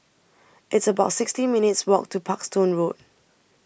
It's about sixty minutes' Walk to Parkstone Road